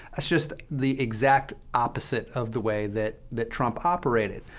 it's just the exact opposite of the way that that trump operated.